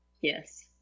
Yes